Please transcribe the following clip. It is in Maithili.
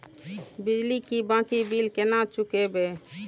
बिजली की बाकी बील केना चूकेबे?